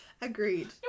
agreed